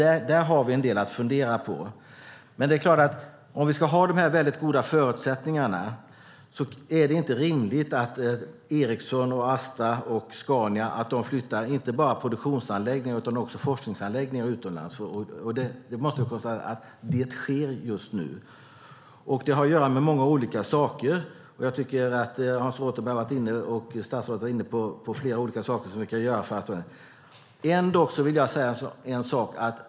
Där har vi en del att fundera på. Om vi ska ha dessa goda förutsättningar är det klart att det inte är rimligt att Ericsson, Astra och Scania flyttar inte bara produktionsanläggningar utan också forskningsanläggningar utomlands. Det sker just nu. Det har att göra med många olika saker. Jag tycker att Hans Rothenberg och statsrådet har varit inne på flera saker som vi kan göra. Ändå vill jag säga en sak.